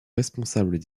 responsables